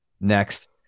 next